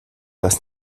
das